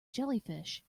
jellyfish